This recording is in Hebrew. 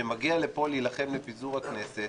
שמגיע לפה להילחם לפיזור הכנסת